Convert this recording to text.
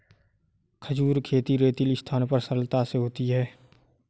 खजूर खेती रेतीली स्थानों पर सरलता से होती है